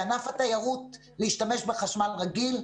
לענף התיירות להשתמש בחשמל רגיל?